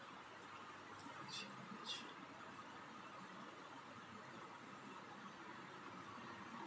चीन में छह लाख एक सौ अठत्तर हजार तीन सौ अट्ठारह टन कपास उत्पादन होता है